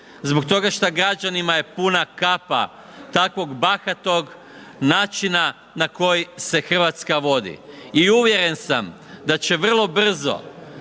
zbog toga šta građanima je puna kapa takvog bahatog načina na koji se Hrvatska vodi. I uvjeren sam da će vrlo brzo